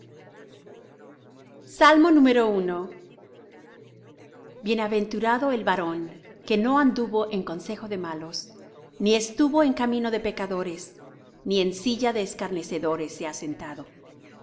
bienaventurado el varón que no anduvo en consejo de malos ni estuvo en camino de pecadores ni en silla de escarnecedores se ha sentado